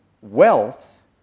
wealth